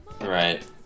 Right